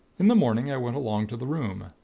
in the morning, i went along to the room.